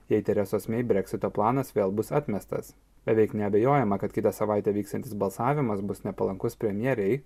jei teresos mei breksito planas vėl bus atmestas beveik neabejojama kad kitą savaitę vyksiantis balsavimas bus nepalankus premjerei